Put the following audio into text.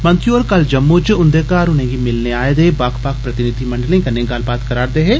मंत्री होर कल जम्मू च उन्दे घर उनेगी मिलने आए दे बक्ख बक्ख प्रतिनिधिमंडलें कन्ने गल्लबात करै करदे हे